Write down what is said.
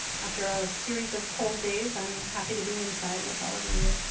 after a series of cold days, i'm happy to be inside with all of you.